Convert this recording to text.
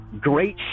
great